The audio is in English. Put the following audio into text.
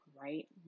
right